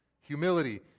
humility